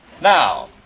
Now